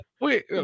Wait